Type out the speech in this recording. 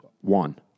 one